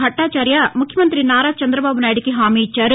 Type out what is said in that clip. భట్టాచార్య ముఖ్యమంతి నారా చంద్రబాబు నాయుడుకి హామీ ఇచ్చారు